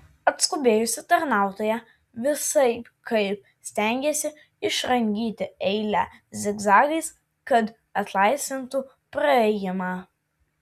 atskubėjusi tarnautoja visaip kaip stengėsi išrangyti eilę zigzagais kad atlaisvintų praėjimą